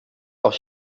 als